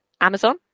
amazon